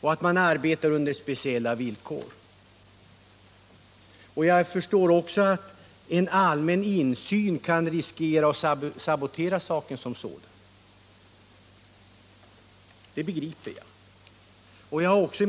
från UD:s sida, och att UD här arbetar under speciella villkor. Att en allmän insyn skulle kunna sabotera verksamheten — det begriper jag också.